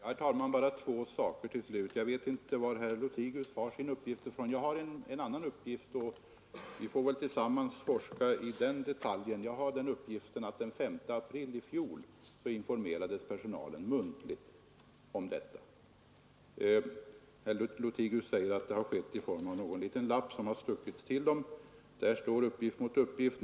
Herr talman! Jag skall bara ta upp två saker. Jag vet inte varifrån herr Lothigius har sin uppgift; jag har en annan uppgift, och vi får väl tillsammans forska i den detaljen. Jag har uppgiften att personalen den 5 april i fjol muntligen informerades om detta förslag. Herr Lothigius säger att informationen gavs i någon liten lapp som stacks till personalen. Uppgift står alltså mot uppgift.